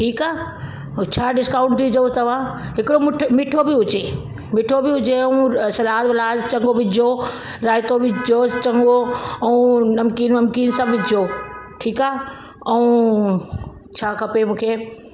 ठीकु आहे हो छा डिस्काउंट ॾिजो तव्हां हिकिड़ो मुठ मिठो बि हुजे मिठो बि हुजे ऐं अ सलाद वलाद चङो विझिजो रायतो विझिजो चङो ऐं नमकीन वमकीन सभु विझिजो ठीकु आहे ऐं छा खपे मूंखे